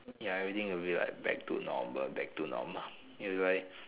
ya everything will be like back to normal back to normal it will be like